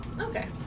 Okay